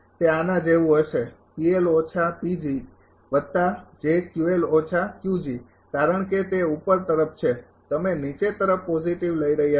તે આના જેવું હશે કારણ કે તે ઉપર તરફ છે તમે નીચે તરફ પોજિટિવ લઈ રહ્યા છો